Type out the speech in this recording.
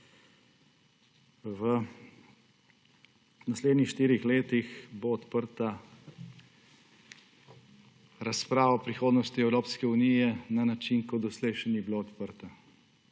V naslednjih štirih letih bo odprta razprava o prihodnosti Evropske unije na način, kot doslej še ni bila odprta.